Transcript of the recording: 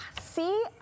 See